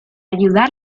ayudar